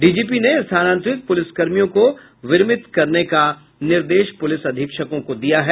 DGP ने स्थानांतरित पुलिसकर्मियों को विरमित करने का निर्देश पुलिस अधीक्षकों को दिया है